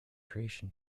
creation